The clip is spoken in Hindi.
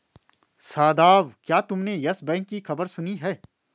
शादाब, क्या तुमने यस बैंक की खबर सुनी है?